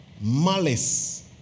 malice